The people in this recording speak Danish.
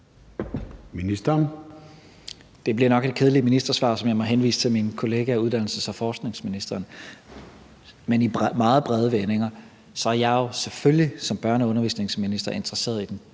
Det bliver nok et kedeligt ministersvar, som jeg må henvise til min kollega uddannelses- og forskningsministeren. Men i meget brede vendinger er jeg jo selvfølgelig som børne- og undervisningsminister interesseret i den